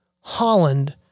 Holland